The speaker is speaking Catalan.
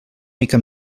mica